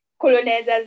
colonizer's